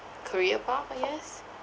career path I guess